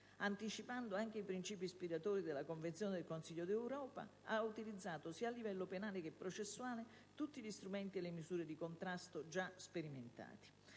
anticipando anche i principi ispiratori della Convenzione del Consiglio d'Europa, ha utilizzato sia a livello penale che processuale tutti gli strumenti e le misure di contrasto già sperimentati